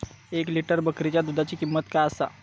एक लिटर बकरीच्या दुधाची किंमत काय आसा?